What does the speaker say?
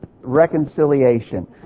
reconciliation